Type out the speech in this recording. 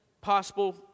possible